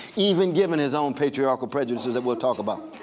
even given his own patriarchal prejudices that we'll talk about.